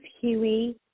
Huey